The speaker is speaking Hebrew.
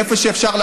איפה שאפשר,